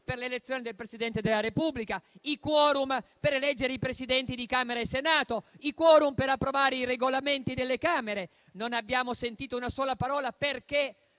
per l'elezione del Presidente della Repubblica; i *quorum* per eleggere i Presidenti di Camera e Senato; i *quorum* per approvare i Regolamenti delle Camere. Non abbiamo sentito una sola parola sul perché